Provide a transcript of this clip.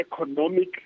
economic